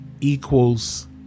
equals